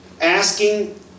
Asking